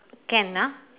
can ah